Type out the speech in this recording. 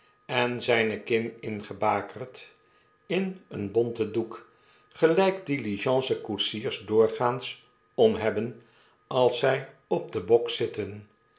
en zyne kin ingebakerd in een bonten doek gelyk diligence koetsiers doorgaans om hebben als zy op den bok zitten